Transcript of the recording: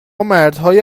مردهای